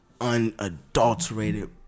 Unadulterated